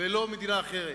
ולא מדינה אחרת.